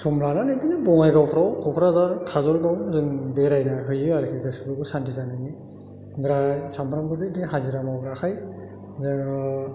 सम लानानै बिदिनो बङाइगावफ्राव क'क्राझार काजलगाव जों बेरायला हैयो आरो गोसोफोरखौ सान्थि जानायनि सामफ्रामबो हाजिरा मावग्राखाय जोङो